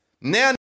Now